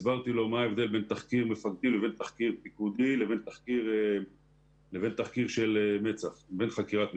הסברתי לו מה ההבדל בין תחקיר מפקדי לבין תחקיר פיקודי לבין חקירת מצ"ח,